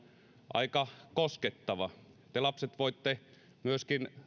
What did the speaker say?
aika koskettava te lapset voitte myöskin